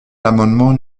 l’amendement